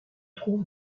trouve